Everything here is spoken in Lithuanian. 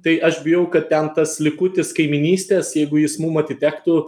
tai aš bijau kad ten tas likutis kaimynystės jeigu jis mum atitektų